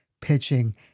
pitching